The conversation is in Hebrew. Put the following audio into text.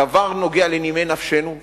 הדבר נוגע בנימי נפשנו,